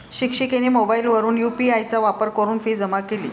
शिक्षिकेने मोबाईलवरून यू.पी.आय चा वापर करून फी जमा केली